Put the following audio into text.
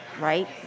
Right